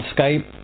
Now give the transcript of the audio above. Skype